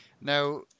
Now